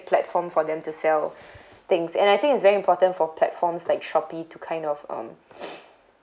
platform for them to sell things and I think it's very important for platforms like shopee to kind of um